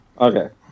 Okay